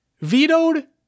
Vetoed